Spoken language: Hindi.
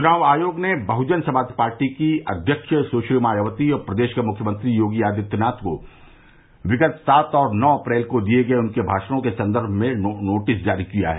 च्नाव आयोग ने बहजन समाजवादी की अध्यक्ष सुश्री मायावती और प्रदेश के मुख्यमंत्री योगी आदित्यनाथ को विगत सात और नौ अप्रैल को दिए गये उनके भाषणों के संदर्भ में नोटिस जारी किया है